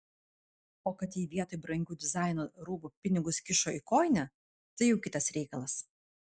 o kad ji vietoj brangių dizaino rūbų pinigus kišo į kojinę tai jau kitas reikalas